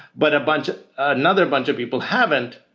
but a bunch of another bunch of people haven't.